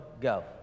go